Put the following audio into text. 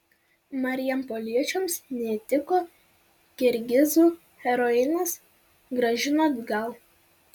marijampoliečiams neįtiko kirgizų heroinas grąžino atgal